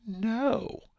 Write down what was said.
No